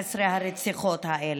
מ-13 הרציחות האלה?